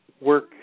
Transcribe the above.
work